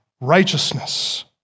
righteousness